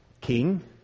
king